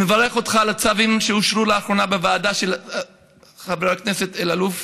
אני מברך אותך על הצווים שאושרו לאחרונה בוועדה של חבר הכנסת אלאלוף.